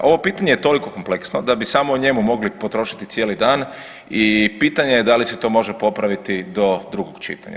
Ovo pitanje je toliko kompleksno da bi samo o njemu mogli potrošiti cijeli dan i pitanje je da li se to može popraviti do drugog čitanja.